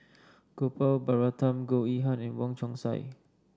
Gopal Baratham Goh Yihan and Wong Chong Sai